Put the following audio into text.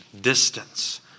distance